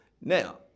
Now